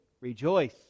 rejoice